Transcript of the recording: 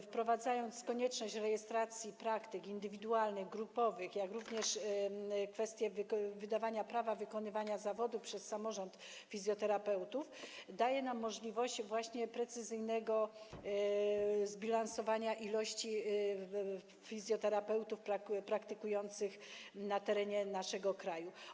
Wprowadza ona konieczność rejestracji praktyk indywidualnych, grupowych, jak również wydawania prawa wykonywania zawodu przez samorząd fizjoterapeutów, co daje nam możliwość precyzyjnego zbilansowania ilości fizjoterapeutów praktykujących na terenie naszego kraju.